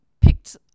picked